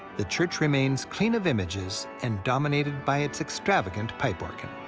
the church remains clean of images and dominated by its extravagant pipe organ.